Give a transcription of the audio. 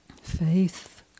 Faith